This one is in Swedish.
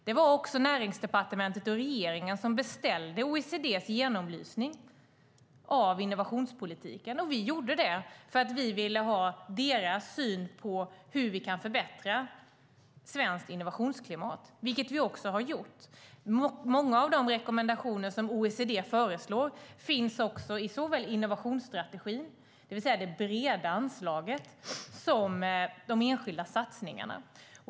Det var Näringsdepartementet och regeringen som beställde OECD:s genomlysning av innovationspolitiken. Vi gjorde det för att vi ville ha deras syn på hur vi kan förbättra svenskt innovationsklimat, vilket vi också har gjort. Många av de rekommendationer som OECD föreslår finns i innovationsstrategin såväl i det breda anslaget som i de enskilda satsningarna.